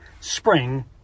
spring